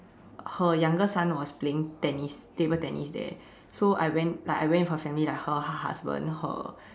her younger son was playing tennis table tennis there so I went like I went with her family like her her husband her